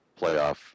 playoff